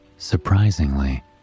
Surprisingly